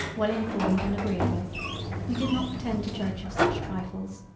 well-informed, and agreable we did not pretend to judge of such trifles,